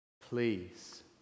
please